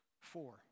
four